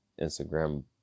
Instagram